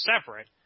separate